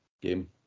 game